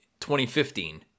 2015